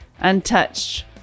untouched